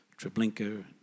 Treblinka